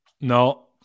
no